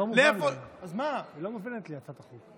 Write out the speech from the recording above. היא לא מובנת לי, הצעת החוק.